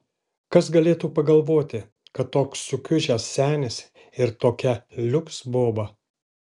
kas galėtų pagalvoti kad toks sukiužęs senis ir tokia liuks boba